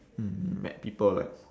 mm met people like